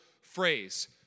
phrase